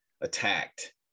attacked